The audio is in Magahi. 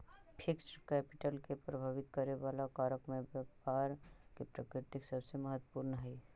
फिक्स्ड कैपिटल के प्रभावित करे वाला कारक में व्यापार के प्रकृति सबसे महत्वपूर्ण हई